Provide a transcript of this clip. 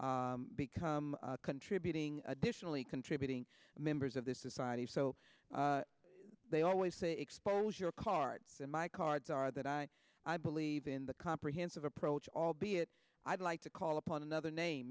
become contributing additionally contributing members of this is side so they always say expose your card to my cards are that i i believe in the comprehensive approach albeit i'd like to call upon another name